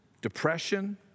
depression